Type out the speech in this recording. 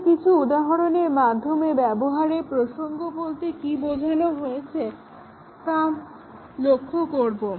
আমরা কিছু উদাহরণের মাধ্যমে আমরা ব্যবহারের প্রসঙ্গ বলতে কি বুঝিয়েছি তা দেখতে পাবো